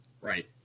Right